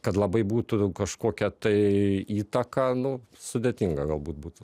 kad labai būtų kažkokia tai įtaka nu sudėtinga galbūt būtų